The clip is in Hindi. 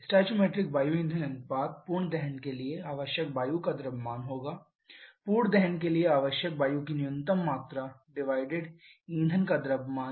स्टोइकोमेट्रिक वायु ईंधन अनुपात पूर्ण दहन के लिए आवश्यक वायु का द्रव्यमान होगा पूर्ण दहन के लिए आवश्यक वायु की न्यूनतम मात्रा डिवाइडेड ईंधन का द्रव्यमान